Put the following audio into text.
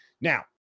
now